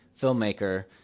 filmmaker